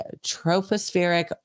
tropospheric